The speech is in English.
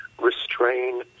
restrain